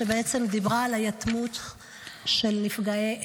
שדיברה על היתמות של נפגעי איבה.